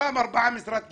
מתוכם ארבעה ממשרד התרבות,